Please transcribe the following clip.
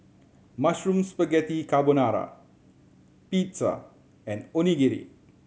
Mushroom Spaghetti Carbonara Pizza and Onigiri